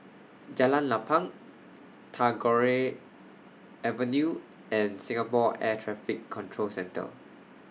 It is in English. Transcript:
Jalan Lapang Tagore Avenue and Singapore Air Traffic Control Centre